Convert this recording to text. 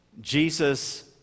Jesus